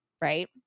right